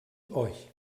euch